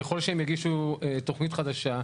ככל שהם יוסיפו תוכנית חדשה,